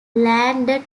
landed